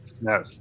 no